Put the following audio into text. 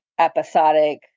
Episodic